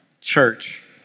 church